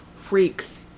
freaks